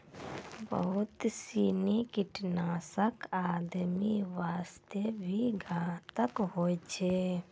बहुत सीनी कीटनाशक आदमी वास्तॅ भी घातक होय छै